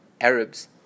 Arabs